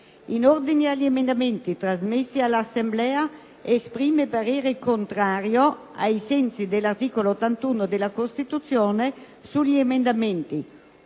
In ordine agli emendamenti, trasmessi dall'Assemblea, esprime parere contrario ai sensi dell'articolo 81 della Costituzione sugli emendamenti